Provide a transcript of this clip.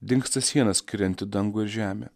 dingsta siena skirianti dangų ir žemę